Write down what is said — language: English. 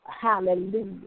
Hallelujah